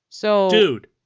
Dude